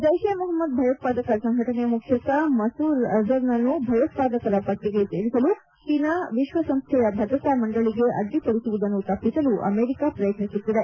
ಜೈಷ್ ಎ ಮೊಹಮ್ಸದ್ ಭಯೋತ್ವಾದಕ ಸಂಘಟನೆ ಮುಖ್ಯಸ್ವ ಮಸೂದ್ ಅಜರ್ನನ್ನು ಭಯೋತ್ವಾದಕರ ಪಟ್ಟಿಗೆ ಸೇರಿಸಲು ಚೀನಾ ವಿಶ್ವಸಂಸ್ಥೆಯ ಭದ್ರತಾ ಮಂಡಳಿಗೆ ಅಡ್ಡಿಪಡಿಸುವುದನ್ನು ತಪ್ಪಿಸಲು ಅಮೆರಿಕ ಶ್ರಯತ್ತಿಸುತ್ತಿದೆ